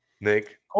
Nick